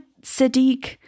Sadiq